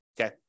okay